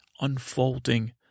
unfolding